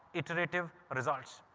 iterative results.